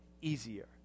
easier